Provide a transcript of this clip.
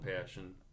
passion